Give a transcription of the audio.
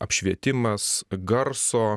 apšvietimas garso